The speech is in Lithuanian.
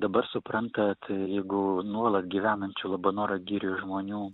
dabar suprantat jeigu nuolat gyvenančių labanoro girioj žmonių